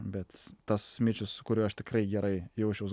bet tas smičius su kuriuo aš tikrai gerai jausčiaus